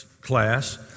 class